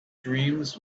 dreams